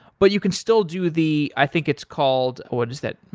but you can still do the i think it's called what is that?